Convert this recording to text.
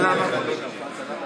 ובכן תוצאות